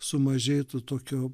sumažėtų tokio